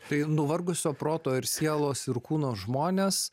tai nuvargusio proto ir sielos ir kūno žmonės